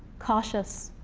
cautious.